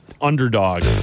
underdog